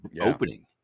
opening